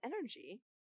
energy